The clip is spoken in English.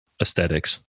aesthetics